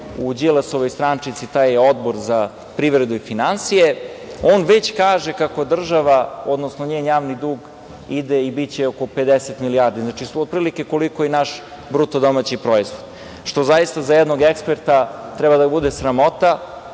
u Đilasovoj strančici taj Odbor za privredu i finansije. On već kaže kako država, odnosno njen javni dug ide i biće oko 50 milijardi. Znači, otprilike koliko i nas BDP, što zaista za jednog eksperta treba da bude sramota.